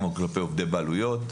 גם כלפי עובדי בעלויות.